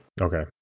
Okay